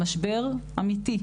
משבר אמיתי,